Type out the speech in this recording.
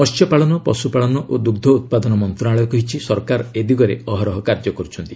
ମହ୍ୟପାଳନ ପଶୁପାଳନ ଓ ଦୁଗ୍ଧ ଉତ୍ପାଦନ ମନ୍ତ୍ରଣାଳୟ କହିଛି ସରକାର ଏ ଦିଗରେ ଅହରହ କାର୍ଯ୍ୟ କରୁଛନ୍ତି